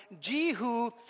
Jehu